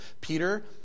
Peter